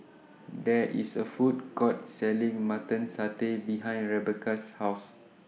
There IS A Food Court Selling Mutton Satay behind Rebecca's House